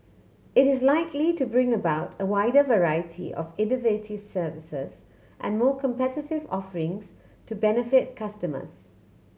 it is likely to bring about a wider variety of innovative services and more competitive offerings to benefit customers